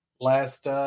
last